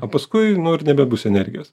o paskui nu ir nebebus energijos